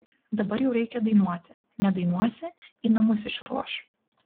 dabar jau reikia dainuoti nedainuosi į namus išruoš